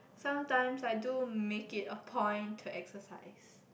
sometimes I do make it a point to exercise